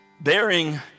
bearing